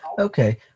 Okay